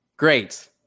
Great